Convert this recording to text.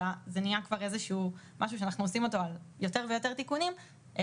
וזה הופך למשהו שעושים עליו יותר ויותר תיקונים,